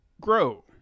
grow